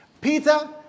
peter